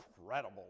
incredible